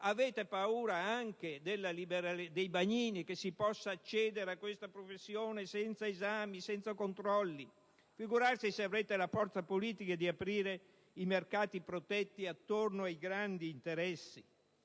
Avete paura anche dei bagnini e che si possa accedere a detta professione senza esami e controlli. Figurarsi se avrete la forza politica di aprire i mercati protetti attorno ai grandi interessi: